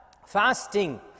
Fasting